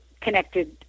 connected